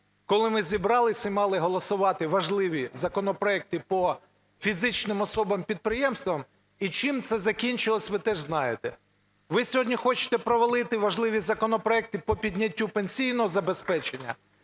коли ми зібралися і мали голосувати важливі законопроекти по фізичним особам-підприємцям, і чим це закінчилось, ви теж знаєте. Ви сьогодні хочете провалити важливі законопроекти по підняттю пенсійного забезпечення,